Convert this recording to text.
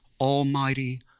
almighty